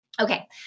Okay